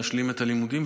להשלים את הלימודים,